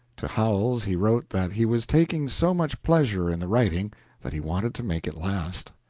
to howells he wrote that he was taking so much pleasure in the writing that he wanted to make it last.